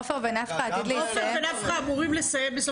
עופר ונפחא אמורים לסיים בסוף השנה?